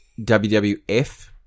WWF